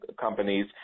companies